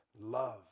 love